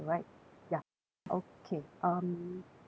ya okay um